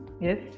yes